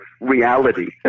reality